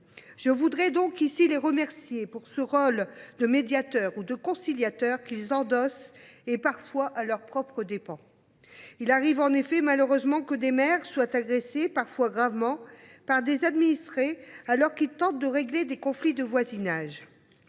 Je voudrais les remercier de jouer ce rôle de médiateur ou de conciliateur, qu’ils endossent parfois à leurs propres dépens. Il arrive en effet, malheureusement, que des maires soient agressés, parfois gravement, par des administrés, alors qu’ils tentent de régler des conflits de voisinage.